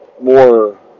more